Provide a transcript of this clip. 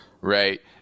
right